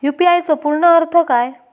UPI चो पूर्ण अर्थ काय?